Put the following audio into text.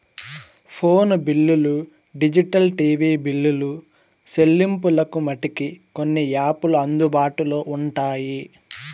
phone బిల్లులు digital TV బిల్లులు సెల్లింపులకు మటికి కొన్ని యాపులు అందుబాటులో ఉంటాయి